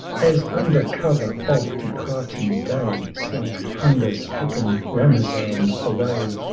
as under cover of departing day slunk hunger-stricken ramazan away,